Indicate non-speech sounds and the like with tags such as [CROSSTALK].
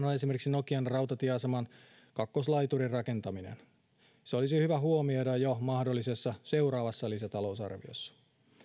[UNINTELLIGIBLE] on esimerkiksi nokian rautatieaseman kakkoslaiturin rakentaminen se olisi hyvä huomioida jo mahdollisessa seuraavassa lisätalousarviossa